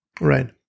Right